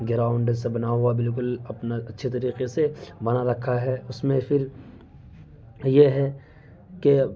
ground سا بنا ہوا بالکل اپنا اچّھے طریقے سے بنا رکھا ہے اس میں پھر یہ ہے کہ